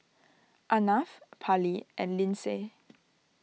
Arnav Parley and Lyndsay